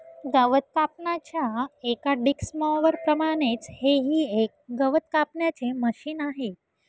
गवत कापण्याच्या एका डिक्स मॉवर प्रमाणेच हे ही एक गवत कापण्याचे मशिन आहे